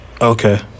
Okay